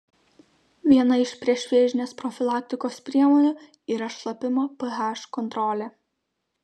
viena iš priešvėžinės profilaktikos priemonių yra šlapimo ph kontrolė